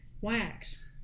wax